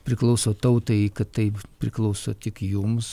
priklauso tautai kad taip priklauso tik jums